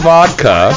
Vodka